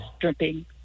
dripping